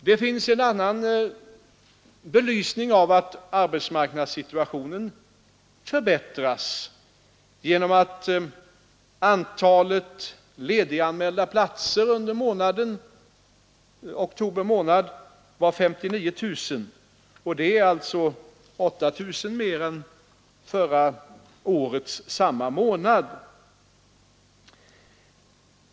Det finns även en annan belysning av att arbetsmarknadssituationen förbättrats: antalet lediganmälda platser var under oktober månad 59 000, dvs. 8 000 fler än under samma månad förra året.